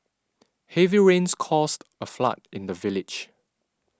heavy rains caused a flood in the village